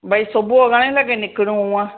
भई सुबुह घणे लॻे निकिरूं हुंअ